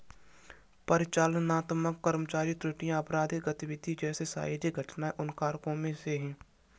परिचालनात्मक कर्मचारी त्रुटियां, आपराधिक गतिविधि जैसे शारीरिक घटनाएं उन कारकों में से है